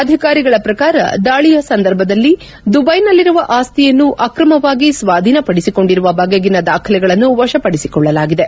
ಅಧಿಕಾರಿಗಳ ಪ್ರಕಾರ ದಾಳಿಯ ಸಂದರ್ಭದಲ್ಲಿ ದುಬೈನಲ್ಲಿರುವ ಅಸ್ತಿಯನ್ನು ಅಕ್ರಮವಾಗಿ ಸ್ನಾಧೀನಪಡಿಸಿಕೊಂಡಿರುವ ಬಗೆಗಿನ ದಾಖಲೆಗಳನ್ನು ವಶಪಡಿಸಿಕೊಳ್ಳಲಾಗಿದೆ